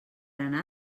anar